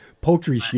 poultry